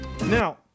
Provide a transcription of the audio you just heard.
Now